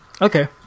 Okay